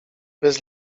bez